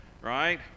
right